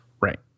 Right